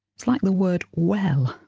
it's like the word well.